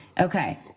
Okay